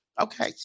Okay